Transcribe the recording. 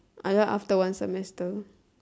I join after one semester